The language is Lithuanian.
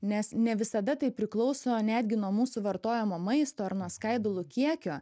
nes ne visada tai priklauso netgi nuo mūsų vartojamo maisto ar nuo skaidulų kiekio